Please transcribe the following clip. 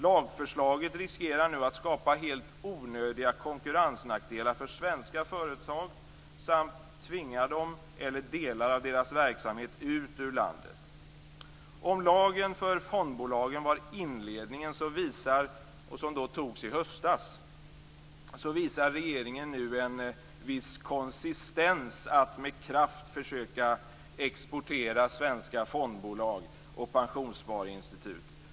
Lagförslaget riskerar att skapa helt onödiga konkurrensnackdelar för svenska företag samt tvinga hela eller delar av deras verksamhet ut ur landet. Om lagen för fondbolagen som antogs i höstas var inledningen, visar regeringen nu en viss konsistens att med kraft försöka exportera svenska fondbolag och pensionssparinstitut.